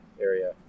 area